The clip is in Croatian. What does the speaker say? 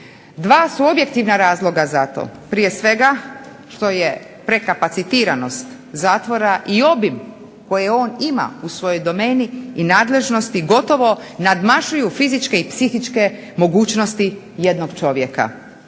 Dva su objektivna razloga za to. Prije svega što je prekapacitiranost zatvora i obim koje on ima u svojoj domeni i nadležnosti gotovo nadmašuju fizičke i psihičke mogućnosti jednog čovjeka.